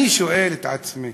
אני שואל את עצמי